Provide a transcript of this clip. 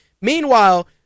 Meanwhile